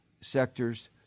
sectors